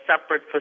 separate